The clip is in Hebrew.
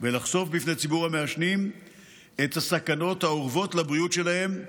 ולחשוף בפני ציבור המעשנים את הסכנות האורבות לבריאות שלהם מתענוג,